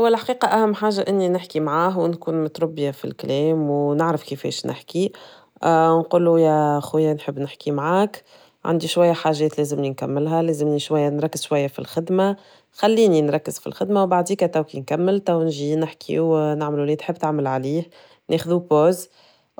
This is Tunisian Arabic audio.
هو الحقيقة أهم حاجة اني نحكي معاه ونكون متربية فالكلام ونعرف كيفاش نحكي ونقولو يا خويا نحب نحكي معاك عندي شوية حاجات لازمني نكملها لازمني شوية نركز شوية في الخدمة خليني نركز في الخدمة وبعديكا توكلي نكمل توا نجي نحكيو ونعملو اللي تحب تعمل عليهناخذو بوز